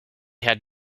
had